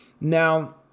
Now